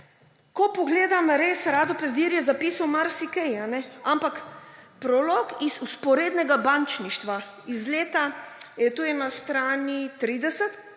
Ko pogledam, res, Rado Pezdir je zapisal marsikaj, ampak prolog iz vzporednega bančništva iz leta, to je na strani 30,